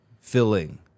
Filling